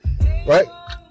right